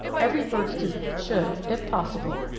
every bird student should, if possible,